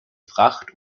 fracht